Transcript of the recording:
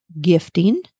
gifting